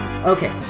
Okay